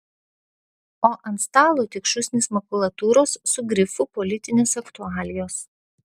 o ant stalo tik šūsnys makulatūros su grifu politinės aktualijos